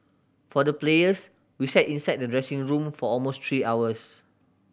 for the players we sat inside the dressing room for almost three hours